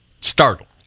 startled